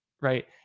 right